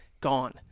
gone